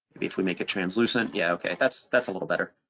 if we make a translucent, yeah, okay, that's that's a little better.